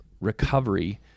recovery